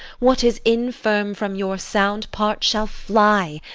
what is infirm from your sound parts shall fly,